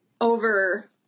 over